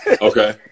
Okay